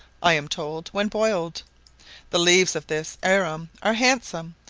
i am told, when boiled the leaves of this arum are handsome,